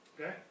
Okay